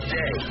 day